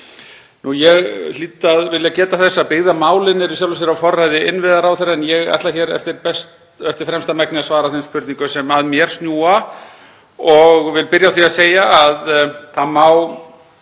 Ég hlýt að vilja geta þess að byggðamálin eru í sjálfu sér á forræði innviðaráðherra en ég ætla hér eftir fremsta megni að svara þeim spurningum sem að mér snúa og vil byrja á því að segja að það má